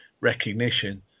recognition